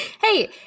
Hey